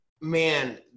man